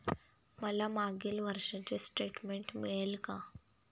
मला मागील एक वर्षाचे स्टेटमेंट मिळेल का?